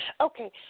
Okay